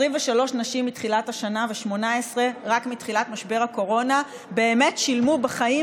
23 נשים מתחילת השנה ו-18 רק מתחילת משבר הקורונה באמת שילמו בחיים